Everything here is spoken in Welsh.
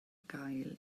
gael